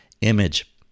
image